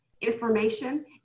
information